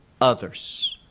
others